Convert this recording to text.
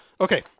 Okay